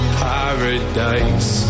paradise